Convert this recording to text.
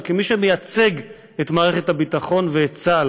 אבל כמי שמייצג את מערכת הביטחון ואת צה"ל: